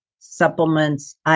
supplements